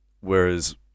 whereas